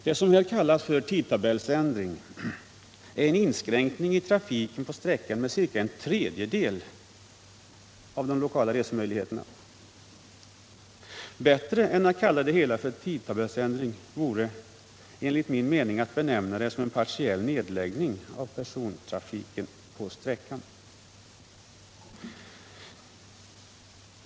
Det som här kallas för tidtabellsförändring är en Nr 63 inskränkning i trafiken på sträckan med ca en tredjedel av resmöjligheterna. Torsdagen den Bättre än att kalla det hela för tidtabellsförändring vore att benämna det en = 19 januari 1978 partiell nedläggning av persontrafik på sträckan.